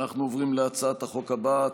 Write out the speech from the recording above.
אנחנו עוברים להצעת החוק הבאה,